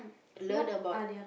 learn about